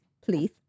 please